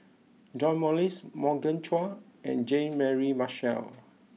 John Morrice Morgan Chua and Jean Mary Marshall